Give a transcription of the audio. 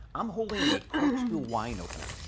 i'm holding a corkscrew wine opener.